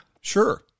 sure